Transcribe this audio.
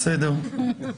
אני יודע,